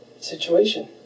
situation